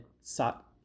sought